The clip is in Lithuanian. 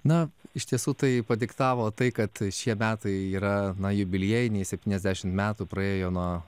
na iš tiesų tai padiktavo tai kad šie metai yra na jubiliejiniai septyniasdešimt metų praėjo nuo